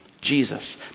Jesus